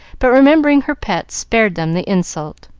but remembering her pets, spared them the insult.